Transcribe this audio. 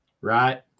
right